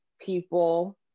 people